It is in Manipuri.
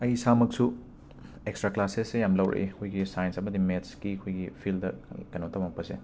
ꯑꯩ ꯏꯁꯥꯃꯛꯁꯨ ꯑꯦꯛꯁꯇ꯭ꯔꯥ ꯀ꯭ꯂꯥꯁꯦꯁꯁꯦ ꯌꯥꯝ ꯂꯧꯔꯛꯑꯦ ꯑꯩꯈꯣꯏꯒꯤ ꯁꯥꯏꯟꯁ ꯑꯃꯗꯤ ꯃꯦꯠꯁꯀꯤ ꯑꯩꯈꯣꯏꯒꯤ ꯐꯤꯜꯗ ꯀꯦꯅꯣ ꯇꯃꯛꯄꯁꯦ